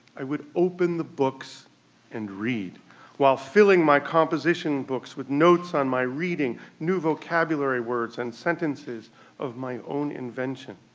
i would open the books and read while filling my composition books with notes on my reading, new vocabulary words, and sentences of my own invention.